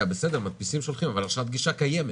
מדפיסים ושולחים, אבל הרשאת גישה קיימת.